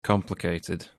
complicated